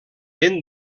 ben